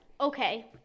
Okay